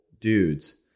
dudes